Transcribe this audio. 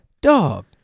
Dog